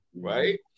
right